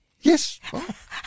Yes